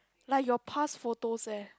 like your past photos eh